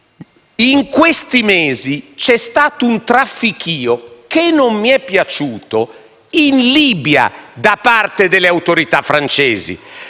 in questi mesi, c'è stato un traffichìo che non mi è piaciuto, in Libia, da parte delle autorità francesi,